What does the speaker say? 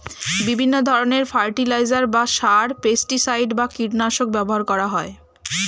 বিভিন্ন ধরণের ফার্টিলাইজার বা সার, পেস্টিসাইড বা কীটনাশক ব্যবহার করা হয়